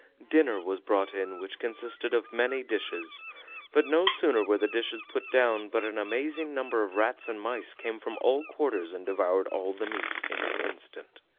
dinner was brought in, which consisted of many dishes but no sooner were the dishes put down but an amazing number of rats and mice came from all quarters and devoured all the meat in an instant.